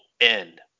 end